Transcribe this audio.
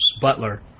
Butler